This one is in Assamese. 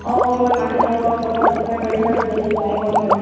অঁ মই মাহঁতৰ লগত আলোচনা কৰিম বাৰু যদি যায় ক'ম বাৰু